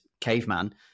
caveman